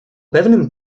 pewnym